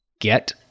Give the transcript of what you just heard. get